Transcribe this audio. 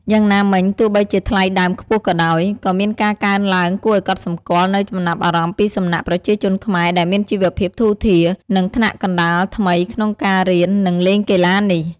យ៉ាងណាមិញ ទោះបីជាថ្លៃដើមខ្ពស់ក៏ដោយ ក៏មានការកើនឡើងគួរឲ្យកត់សម្គាល់នូវចំណាប់អារម្មណ៍ពីសំណាក់ ប្រជាជនខ្មែរដែលមានជីវភាពធូរធារ និងថ្នាក់កណ្ដាលថ្មី ក្នុងការរៀន និងលេងកីឡានេះ។